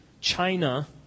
China